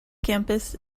campus